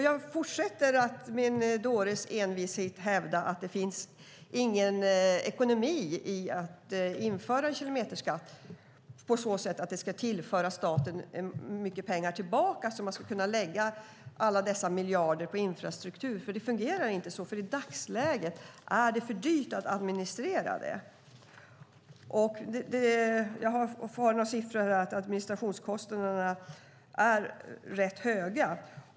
Jag fortsätter att med en dåres envishet hävda att det inte finns någon ekonomi i att införa kilometerskatt på så sätt att det skulle ge staten mycket pengar tillbaka, så att man skulle kunna lägga alla dessa miljarder på infrastruktur. Det fungerar inte så. I dagsläget är det för dyrt att administrera. Administrationskostnaderna är rätt höga.